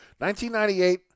1998